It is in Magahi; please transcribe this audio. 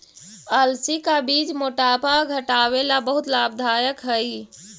अलसी का बीज मोटापा घटावे ला बहुत लाभदायक हई